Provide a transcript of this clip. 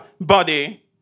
body